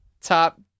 top